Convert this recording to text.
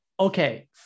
Okay